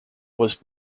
was